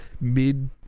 mid